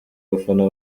bafana